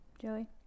Joey